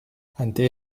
ante